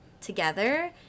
together